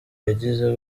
yagize